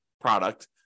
product